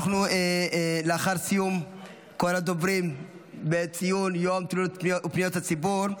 לאחר סיום כל הדוברים בציון יום תלונות ופניות הציבור,